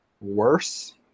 worse